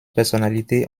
personnalités